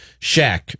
Shaq